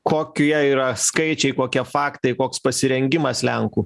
kokių jie yra skaičiai kokie faktai koks pasirengimas lenkų